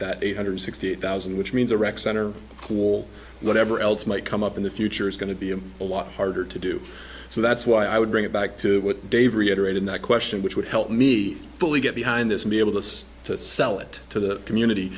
that eight hundred sixty eight thousand which means a rec center cool whatever else might come up in the future is going to be a lot harder to do so that's why i would bring it back to what dave reiterated that question which would help me fully get behind this be able to sell it to the community